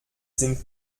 sind